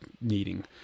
needing